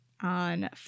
on